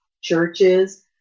churches